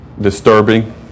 disturbing